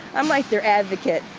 i'm, like, their advocate,